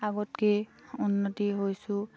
আগতকে উন্নতি হৈছোঁ